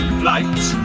flight